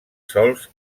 sols